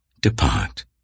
Depart